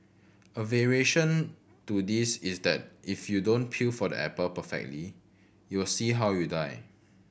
a variation to this is that if you don't peel the apple perfectly you'll see how you die